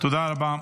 תודה רבה.